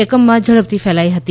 એકમમાં ઝડપથી ફેલાઈ હતી